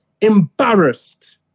embarrassed